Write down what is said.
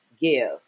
give